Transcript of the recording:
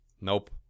Nope